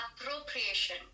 appropriation